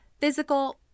physical